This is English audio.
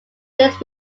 since